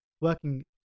working